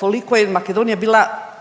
koliko je Makedonija bila